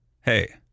hey